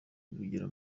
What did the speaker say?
bigera